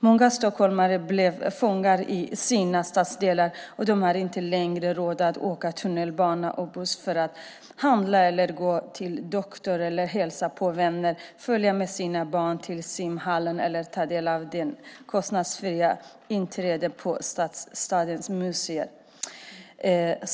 Många stockholmare blev fångar i sina stadsdelar, och de har inte längre råd att åka tunnelbana och buss för att handla, gå till doktorn, hälsa på vänner, följa med sina barn till simhallen eller ta del av det kostnadsfria inträdet på stadens museer.